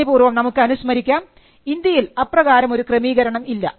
നന്ദിപൂർവം നമുക്ക് അനുസ്മരിക്കാം ഇന്ത്യയിൽ അപ്രകാരം ഒരു ക്രമീകരണം ഇല്ല